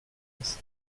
das